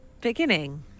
Beginning